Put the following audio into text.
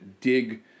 dig